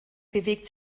bewegt